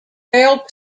failed